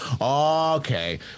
okay